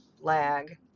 lag